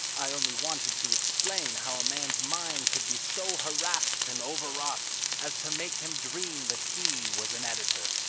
i only wanted to explain how a man's mind could be so harassed and overwrought as to make him dream that he was an editor.